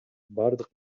бардык